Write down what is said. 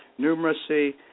numeracy